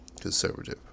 conservative